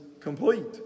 complete